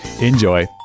enjoy